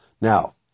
Now